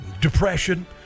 depression